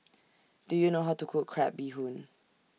Do YOU know How to Cook Crab Bee Hoon